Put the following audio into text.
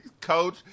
Coach